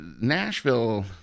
Nashville